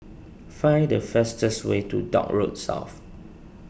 find the fastest way to Dock Road South